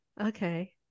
Okay